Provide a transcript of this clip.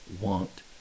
want